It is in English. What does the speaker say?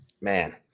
man